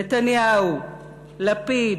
נתניהו, לפיד,